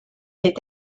est